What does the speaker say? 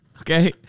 Okay